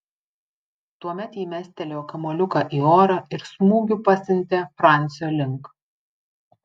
tuomet ji mestelėjo kamuoliuką į orą ir smūgiu pasiuntė francio link